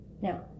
Now